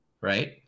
right